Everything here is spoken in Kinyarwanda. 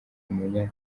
umunya